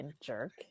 jerk